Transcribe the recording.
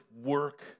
work